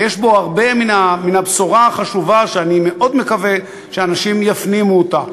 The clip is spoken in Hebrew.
ויש בו הרבה מן הבשורה החשובה שאני מאוד מקווה שאנשים יפנימו אותה.